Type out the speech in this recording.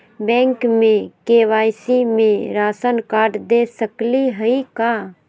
Bank में KYC में ration card दे सकली हई का?